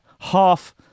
Half